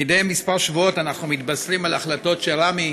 מדי כמה שבועות אנחנו מתבשרים על החלטות של רמ"י